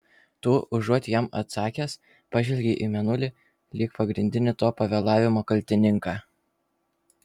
tu užuot jam atsakęs pažvelgei į mėnulį lyg pagrindinį to pavėlavimo kaltininką